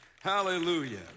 Hallelujah